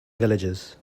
villages